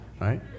right